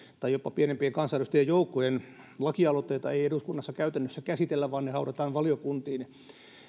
tai jopa pienempien kansanedustajajoukkojen lakialoitteita ei eduskunnassa käytännössä käsitellä vaan ne haudataan valiokuntiin